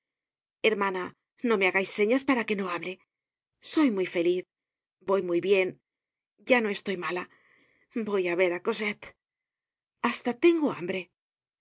no me hagais señas para que no hable soy muy feliz voy muy bien ya no estoy mala voy á ver á cosette hasta tengo hambre